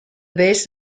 base